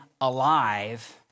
alive